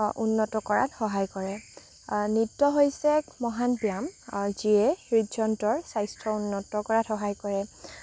উন্নত কৰাত সহায় কৰে নৃত্য হৈছে এক মহান ব্যায়াম যিয়ে হৃদযন্ত্ৰৰ স্বাস্থ্য উন্নত কৰাত সহায় কৰে